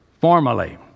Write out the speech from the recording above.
formally